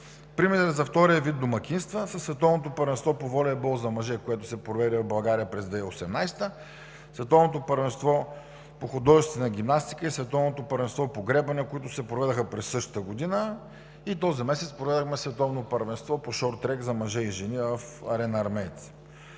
Примери за втория вид домакинства са Световното първенство по волейбол за мъже, което се проведе в България през 2018 г., Световното първенство по художествена гимнастика и Световното първенство по гребане, които се проведоха през същата година, а този месец проведохме Световно първенство по шорттрек за мъже и жени в „Арена Армеец“.